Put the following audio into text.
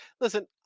Listen